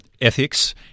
ethics